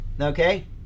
okay